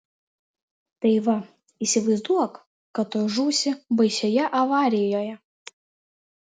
tai va įsivaizduok kad tuoj žūsi baisioje avarijoje